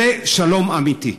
זה שלום אמיתי.